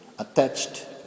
attached